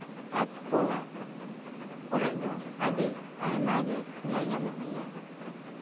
ᱟᱛᱳ ᱴᱚᱞᱟ ᱠᱚᱨᱮᱜ ᱫᱚ ᱟᱹᱰᱤ ᱟᱭᱢᱟ ᱜᱮ ᱧᱮᱞ ᱧᱟᱢᱚᱜ ᱜᱮᱭᱟ